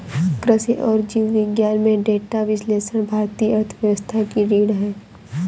कृषि और जीव विज्ञान में डेटा विश्लेषण भारतीय अर्थव्यवस्था की रीढ़ है